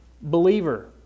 believer